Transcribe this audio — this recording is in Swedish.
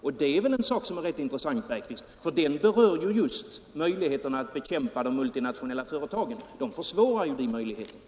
Och det är väl en sak som är rätt intressant, herr Bergqvist, för den berör just möjligheten att bekämpa de multinationella företagen. Paragrafen försämrar ju den möjligheten.